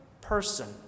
person